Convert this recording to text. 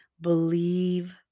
Believe